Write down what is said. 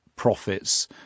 Profits